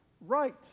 right